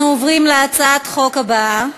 אנחנו עוברים להצעת חוק הבאה: